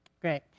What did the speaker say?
Great